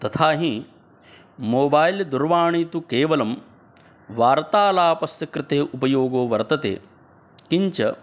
तथाहि mobile दूरवाणी तु केवलं वार्तालापस्य कृते उपयोगो वर्तते किञ्च